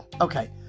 Okay